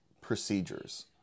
procedures